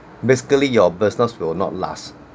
basically your business will not last